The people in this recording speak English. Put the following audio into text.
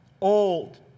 Old